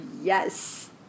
Yes